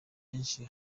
henshi